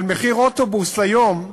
אבל מחיר אוטובוס היום,